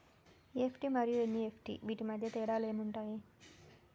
EFT మరియు NEFT వీటి మధ్య తేడాలు ఏమి ఉంటాయి?